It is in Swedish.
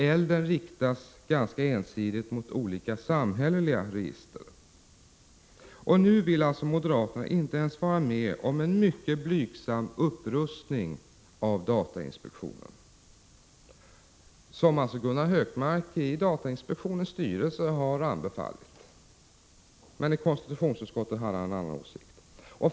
Elden riktas ganska ensidigt mot olika samhälleliga register. Nu vill moderaterna inte ens vara med om en mycket blygsam upprustning av datainspektionen — som alltså Gunnar Hökmark i datainspektionens styrelse har anbefallt men i konstitutionsutskottet har en annan åsikt om.